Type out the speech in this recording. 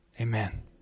Amen